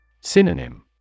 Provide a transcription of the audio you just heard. Synonym